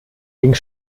ging